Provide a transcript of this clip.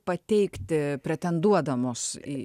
pateikti pretenduodamos į